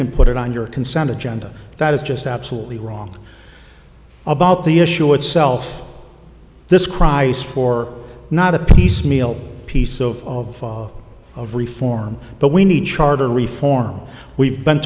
can put it on your consent agenda that is just absolutely wrong about the issue itself this cries for not a piecemeal piece of of reform but we need charter reform we've been